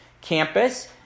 campus